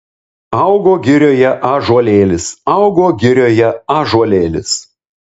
augo girioje ąžuolėlis augo girioje ąžuolėlis